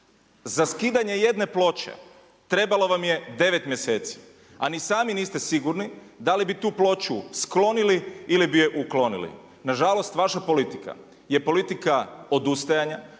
Za skidanje jedne ploče trebalo vam je devet mjeseci, a ni sami niste sigurni da li bi tu ploču sklonili ili bi je uklonili. Nažalost vaša politika je politika odustajanja,